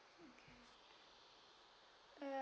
uh